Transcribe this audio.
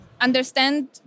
Understand